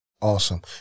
Awesome